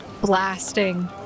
blasting